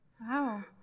wow